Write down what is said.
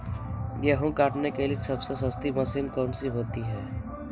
गेंहू काटने के लिए सबसे सस्ती मशीन कौन सी होती है?